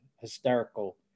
hysterical